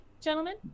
gentlemen